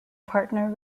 partner